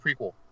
prequel